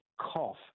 cough